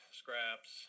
scraps